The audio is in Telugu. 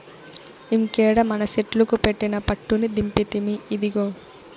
ఇంకేడ మనసెట్లుకు పెట్టిన పట్టుని దింపితిమి, ఇదిగో